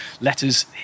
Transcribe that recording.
letters